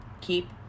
Keep